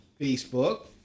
Facebook